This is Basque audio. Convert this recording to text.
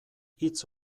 hitz